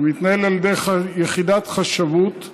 המתנהל על ידי יחידת חשבות,